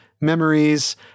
memories